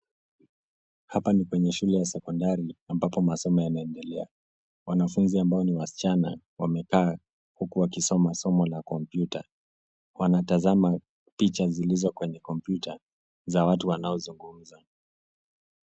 Hapa ni kwenye shule ya sekondari ambapo masomo yanaendelea. Wanafunzi ambao ni wasichana wamekaa huku wakisoma somo la kompyuta. Wanatazama picha zilizo kwenye kompyuta za watu wanaozungumza.